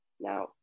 Now